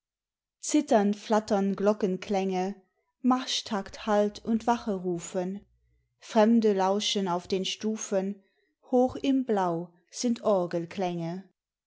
zitternd flattern glockenklänge marschtakt hallt und wacherufen fremde lauschen auf den stufen hoch im blau sind